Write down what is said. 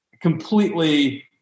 completely